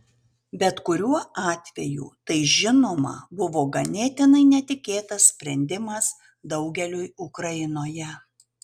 bet kuriuo atveju tai žinoma buvo ganėtinai netikėtas sprendimas daugeliui ukrainoje